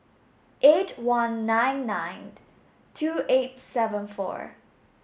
eight one nine nine two eight seven four